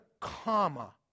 comma